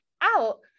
out